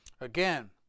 Again